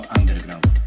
underground